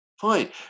fine